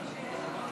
נכה),